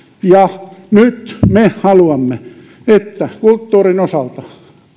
ja nyt me haluamme että kulttuurin osalta